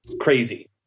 crazy